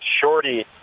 Shorty